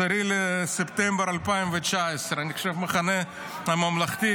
10 בספטמבר 2019, אני חושב שהמחנה הממלכתי.